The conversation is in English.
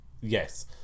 Yes